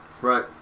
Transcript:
Right